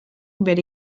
bere